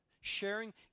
Sharing